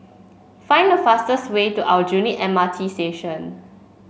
find the fastest way to Aljunied M R T Station